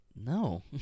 no